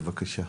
בבקשה.